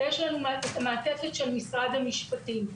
ויש לנו מעטפת של משרד המשפטים.